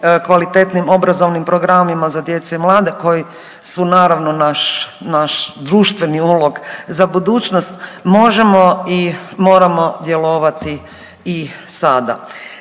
kvalitetnim obrazovnim programima za djecu i mlade koji su naravno naš, naš društveni ulog za budućnost možemo i moramo djelovati i sada.